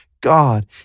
God